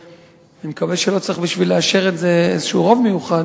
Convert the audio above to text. אני מקווה שלא צריך בשביל לאשר את זה איזה רוב מיוחד,